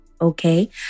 Okay